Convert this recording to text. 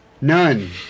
None